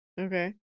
Okay